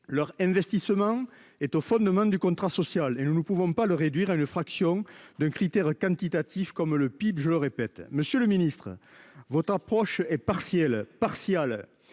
Leur investissement est au fondement du contrat social et nous ne pouvons pas le réduire à une fraction de critères quantitatifs comme le PIB, je le répète Monsieur le Ministre votre approche et partielle partiale